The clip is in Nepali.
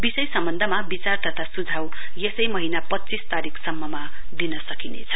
विषय सम्वन्धमा विचार तथा सुझाउ यसै महीना पञ्चीस तारीकसम्ममा दिन सकिनेछ